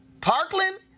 Parkland